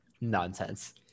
nonsense